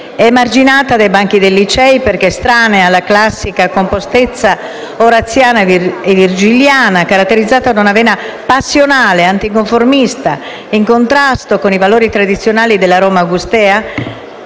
emarginata dai banchi dei licei perché estranea alla classica compostezza oraziana e virgiliana, caratterizzata da una vena passionale e anticonformista in contrasto con i valori tradizionali della Roma augustea,